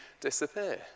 disappear